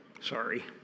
Sorry